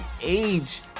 age